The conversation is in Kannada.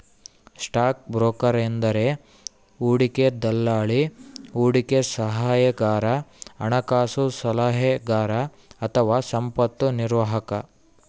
ಸ್ಟಾಕ್ ಬ್ರೋಕರ್ ಎಂದರೆ ಹೂಡಿಕೆ ದಲ್ಲಾಳಿ, ಹೂಡಿಕೆ ಸಲಹೆಗಾರ, ಹಣಕಾಸು ಸಲಹೆಗಾರ ಅಥವಾ ಸಂಪತ್ತು ನಿರ್ವಾಹಕ